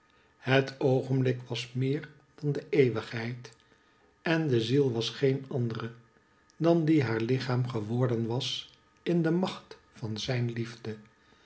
het oogenblik was meer dan de eeuwigheid en de ziel was geen andere dan die haar lichaam geworden was in de macht van zijn liefde